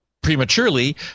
prematurely